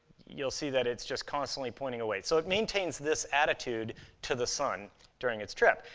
you'll see that it's just constantly pointing away. so it maintains this attitude to the sun during its trip.